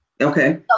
Okay